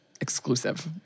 exclusive